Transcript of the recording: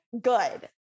good